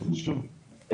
שוב,